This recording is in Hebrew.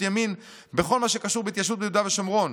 ימין בכל מה שקשור בהתיישבות ביהודה ושומרון.